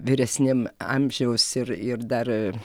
vyresniem amžiaus ir ir dar